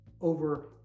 over